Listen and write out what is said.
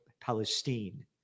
Palestine